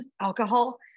alcohol